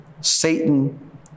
Satan